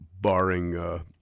barring